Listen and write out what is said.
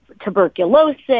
tuberculosis